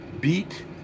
beat